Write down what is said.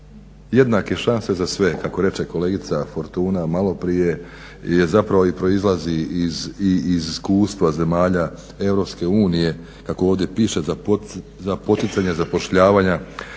Jednake šanse za sve kako reće kolegica Fortuna malo prije i zapravo i proizlazi i iz iskustva zemalja EU kako ovdje piše za poticanje zapošljavanja